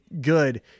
good